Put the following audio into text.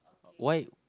why